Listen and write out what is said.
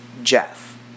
Jeff